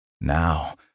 Now